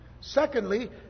Secondly